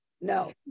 No